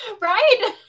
Right